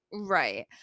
Right